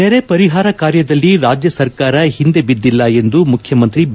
ನೆರೆ ಪರಿಹಾರ ಕಾರ್ಯದಲ್ಲಿ ರಾಜ್ಯ ಸರ್ಕಾರ ಹಿಂದೆ ಬಿದ್ದಿಲ್ಲ ಎಂದು ಮುಖ್ಯಮಂತ್ರಿ ಬಿ